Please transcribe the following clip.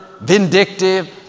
vindictive